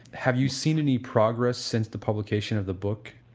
have you seen any progress since the publication of the book?